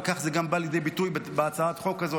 וכך זה גם בא לידי ביטוי בהצעת החוק הזאת.